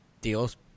deals